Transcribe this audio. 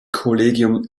kollegium